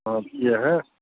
और ये है